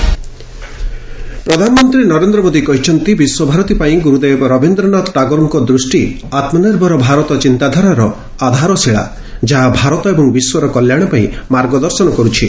PM Visvabharati ପ୍ରଧାନମନ୍ତ୍ରୀ ନରେନ୍ଦ୍ର ମୋଦୀ କହିଛନ୍ତି ବିଶ୍ୱଭାରତୀ ପାଇଁ ଗୁରୁଦେବ ରବୀନ୍ଦ୍ରନାଥ ଟାଗୋରଙ୍କ ଦୃଷ୍ଟି ଆତ୍ମନିର୍ଭର ଭାରତ ଚିନ୍ତାଧାରାର ଆଧାରଶୀଳା ଯାହା ଭାରତ ଏବଂ ବିଶ୍ୱର କଲ୍ୟାଣ ପାଇଁ ମାର୍ଗଦର୍ଶନ କରୁଛି